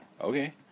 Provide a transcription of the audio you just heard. okay